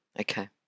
Okay